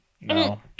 No